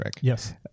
Yes